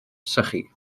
sychu